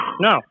No